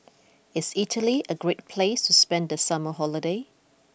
is Italy a great place to spend the summer holiday